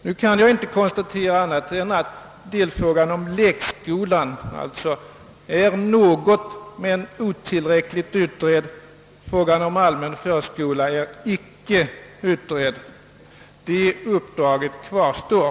Nu kan jag inte konstatera annat än att delfrågan om lekskolan är något men otillräckligt utredd och att frågan om allmän förskola icke är utredd. Det uppdraget kvarstår.